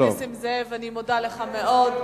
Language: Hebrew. חבר הכנסת נסים זאב, אני מודה לך מאוד.